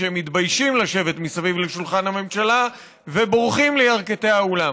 שמתביישים לשבת מסביב לשולחן הממשלה ובורחים לירכתי האולם.